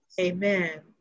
amen